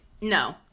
no